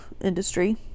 industry